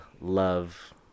love